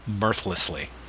mirthlessly